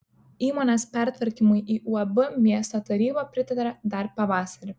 įmonės pertvarkymui į uab miesto taryba pritarė dar pavasarį